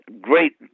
great